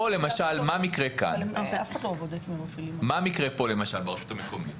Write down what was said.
במקרה שורד ציינה, מה קורה ברשות המקומית?